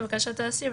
לבקשת האסיר,